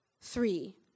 Three